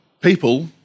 people